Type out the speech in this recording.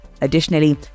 Additionally